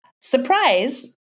surprise